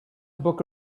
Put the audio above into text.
book